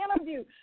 interview